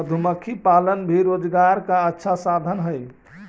मधुमक्खी पालन भी रोजगार का अच्छा साधन हई